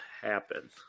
happen